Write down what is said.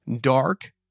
dark